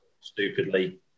stupidly